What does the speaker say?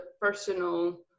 personal